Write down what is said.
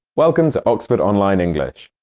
welcome to oxford online english!